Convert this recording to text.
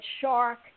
shark